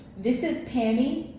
this is pammy,